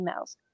emails